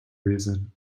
reason